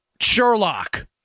Sherlock